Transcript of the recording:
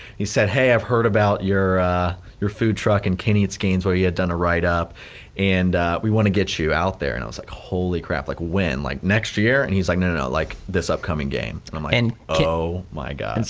he said, hey, i've heard about your your food truck in ken eats gainsville he had done a write up and we wanna get you out there. and i was like holy crap like when, like next year? and he was like no, no no, this upcoming game. and i'm like and oh, my gosh.